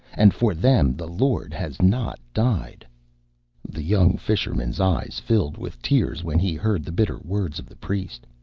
and for them the lord has not died the young fisherman's eyes filled with tears when he heard the bitter words of the priest,